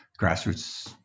Grassroots